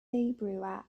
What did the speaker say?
brewer